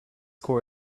core